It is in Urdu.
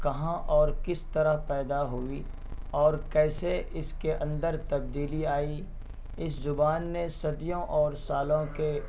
کہاں اور کس طرح پیدا ہوئی اور کیسے اس کے اندر تبدیلی آئی اس زبان نے صدیوں اور سالوں کے